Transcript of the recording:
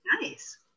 nice